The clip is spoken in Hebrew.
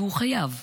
והוא חייב,